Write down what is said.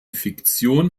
fiktion